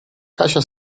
kasia